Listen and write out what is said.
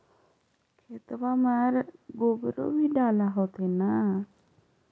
खेतबा मर गोबरो भी डाल होथिन न?